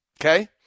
Okay